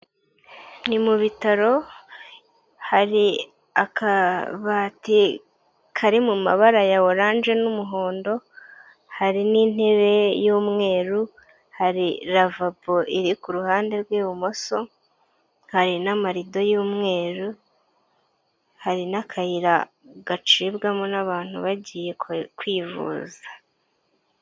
Ni mu bitaro; hari akabati kari mu mabara ya oranje n'umuhondo; hari n'intebe y'umweru, hari lavabo iri ku ruhande rw'ibumoso; hari n'amarido y'umweru, hari n'akayira gacibwamo n'abantu bagiye kwivuza.